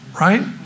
Right